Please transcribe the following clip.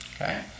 Okay